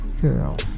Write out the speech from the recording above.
Girl